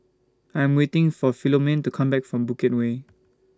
I'm waiting For Philomene to Come Back from Bukit Way